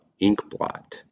inkblot